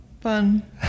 fun